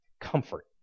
comfort